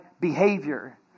behavior